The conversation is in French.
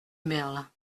merle